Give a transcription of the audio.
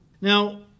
Now